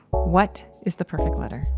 what is the perfect letter?